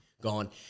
gone